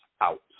out